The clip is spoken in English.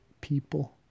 people